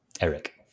Eric